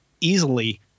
easily